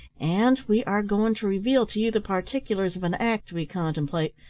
and we are going to reveal to you the particulars of an act we contemplate,